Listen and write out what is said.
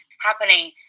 happening